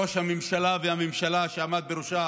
ראש הממשלה והממשלה שעמד בראשה